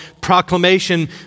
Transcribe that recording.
Proclamation